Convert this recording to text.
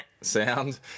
sound